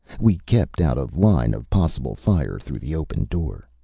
we kept out of line of possible fire through the open door.